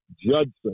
Judson